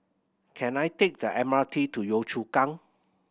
can I take the M R T to Yio Chu Kang